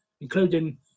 including